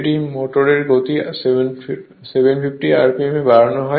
এটি মোটরের গতি 750 rpm এ বাড়ানো হয়